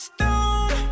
Stone